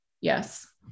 Yes